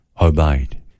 obeyed